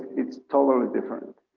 it's totally different.